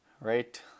right